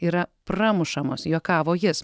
yra pramušamos juokavo jis